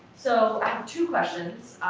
so two questions,